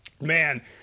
Man